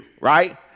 right